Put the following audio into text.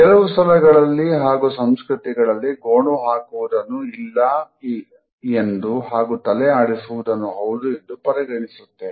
ಕೆಲವು ಸ್ಥಳಗಳಲ್ಲಿ ಹಾಗೂ ಸಂಸ್ಕೃತಿಗಳಲ್ಲಿ ಗೋಣು ಹಾಕುವುದನ್ನು ಇಲ್ಲ ಎಂದು ಹಾಗೂ ತಲೆ ಆಡಿಸುವುದನ್ನು ಹೌದು ಎಂದು ಪರಿಗಣಿಸುತ್ತವೆ